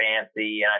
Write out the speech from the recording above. fancy